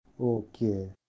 Okay